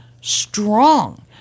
strong